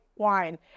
Wine